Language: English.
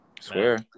Swear